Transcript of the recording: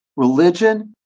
religion,